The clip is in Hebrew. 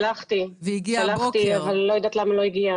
שלחתי, אני לא יודעת למה לא הגיע.